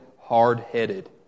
hard-headed